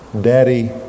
Daddy